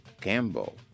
Campbell